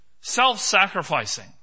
self-sacrificing